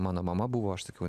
mano mama buvo aš sakiau